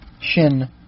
Shin